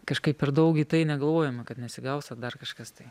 kažkaip per daug į tai negalvojome kad nesigaus ar dar kažkas tai